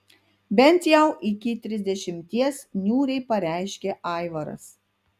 bent jau iki trisdešimties niūriai pareiškė aivaras